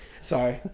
Sorry